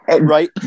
right